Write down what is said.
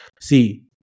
see